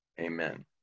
amen